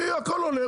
כי הכול עולה,